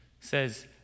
says